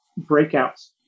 breakouts